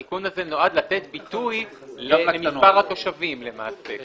התיקון הזה נועד לתת ביטוי למספר התושבים למעשה,